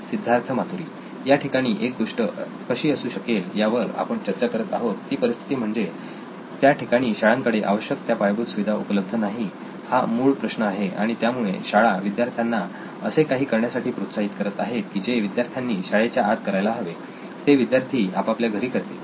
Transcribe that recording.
सिद्धार्थ मातुरी याठिकाणी एक गोष्ट कशी असू शकेल यावर आपण चर्चा करत आहोत ती परिस्थिती म्हणजे ज्या ठिकाणी शाळांकडे आवश्यक त्या पायाभूत सुविधा उपलब्ध नाही हा मूळ प्रश्न आहे आणि त्यामुळे शाळा विद्यार्थ्यांना असे काही करण्यासाठी प्रोत्साहित करत आहेत की जे विद्यार्थ्यांनी शाळेच्या आत करायला हवे ते विद्यार्थी आपापल्या घरी करतील